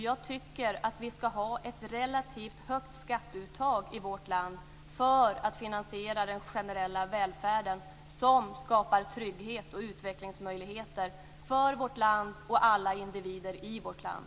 Jag tycker att vi ska ha ett relativt högt skatteuttag i vårt land för att finansiera den generella välfärden som skapar trygghet och utvecklingsmöjligheter för vårt land och alla individer i vårt land.